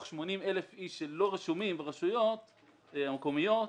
80,000 אנשים שלא רשומים ברשויות המקומיות,